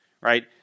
right